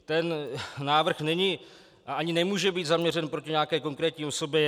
Ten návrh není a ani nemůže být zaměřen proti nějaké konkrétní osobě.